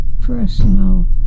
personal